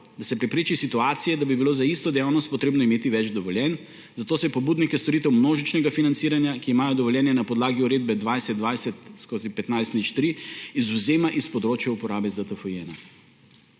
da se prepreči situacije, da bi bilo za isto dejavnost treba imeti več dovoljenj, zato se ponudnike storitev množičnega financiranja, ki imajo dovoljenje na podlagi Uredbe 2020/1503, izvzema s področja uporabe ZTFI-1.